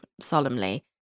solemnly